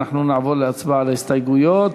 נעבור להצבעה על ההסתייגויות,